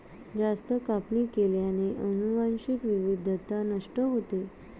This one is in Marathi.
जास्त कापणी केल्याने अनुवांशिक विविधता नष्ट होते